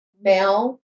male